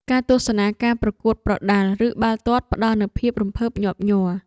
ការទស្សនាការប្រកួតកីឡាប្រដាល់ ឬបាល់ទាត់ផ្ដល់នូវភាពរំភើបញាប់ញ័រ។